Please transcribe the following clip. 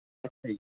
ਅੱਛਾ ਜੀ